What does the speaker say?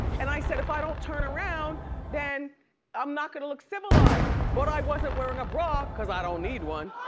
and i said if i don't turn around then i'm not gonna look civilized. but i wasn't wearing a bra cause i don't need one.